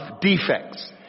defects